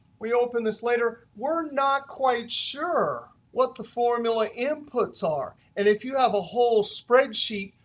we open this later, we're not quite sure what the formula inputs are. and if you have a whole spreadsheet,